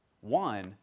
One